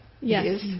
Yes